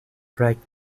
flight